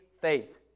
faith